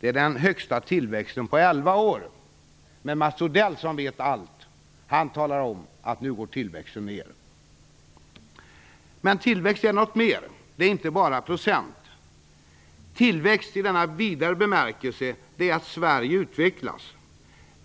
Det är den högsta tillväxten på elva år. Men Mats Odell, som vet allt, talar om att tillväxten nu går ned. Men tillväxt är något mer. Det är inte bara procent. Tillväxt i en vidare bemärkelse är att Sverige utvecklas